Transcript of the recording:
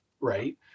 Right